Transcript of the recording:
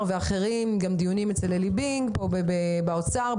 ואחרים דיונים אצל אלי בינג באוצר,